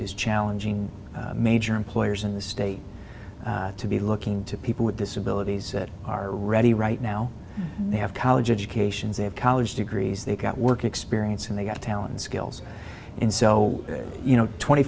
is challenging major employers in the state to be looking to people with disabilities that are ready right now and they have college educations they have college degrees they've got work experience and they've got talent skills and so you know twenty